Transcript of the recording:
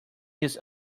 his